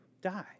die